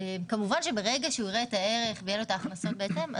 כמובן שברגע שהוא יראה את הערך ויהיו לו ההכנסות בהתאם,